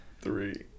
three